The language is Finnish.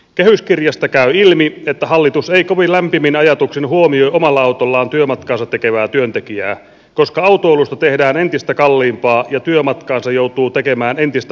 kehyskirjasta käy ilmi että hallitus ei kovin lämpimin ajatuksin huomioi omalla autollaan työmatkaansa tekevää työntekijää koska autoilusta tehdään entistä kalliimpaa ja työmatkaansa joutuu tekemään entistä huonommilla teillä